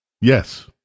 Yes